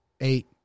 Eight